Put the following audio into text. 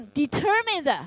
determined